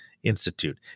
Institute